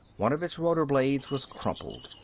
one of its rotor blades was crumpled.